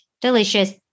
delicious